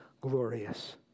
glorious